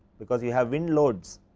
because you have win loads,